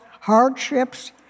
hardships